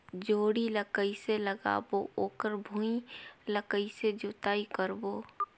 जोणी ला कइसे लगाबो ओकर भुईं ला कइसे जोताई करबो?